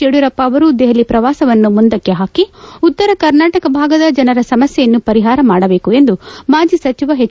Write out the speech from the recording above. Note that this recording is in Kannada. ಯುದಿಯೂರಪ್ಪ ಅವರು ದೆಹಲಿ ಪ್ರವಾಸವನ್ನು ಮುಂದಕ್ಕೆ ಹಾಕಿ ಉತ್ತರ ಕರ್ನಾಟಕ ಭಾಗದ ಜನರ ಸಮಸ್ಯೆಯನ್ನು ಪರಿಹಾರ ಮಾಡಬೇಕು ಎಂದು ಮಾಜಿ ಸಚಿವ ಎಚ್